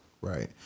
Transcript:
Right